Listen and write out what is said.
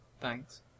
Thanks